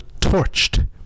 torched